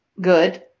good